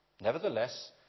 Nevertheless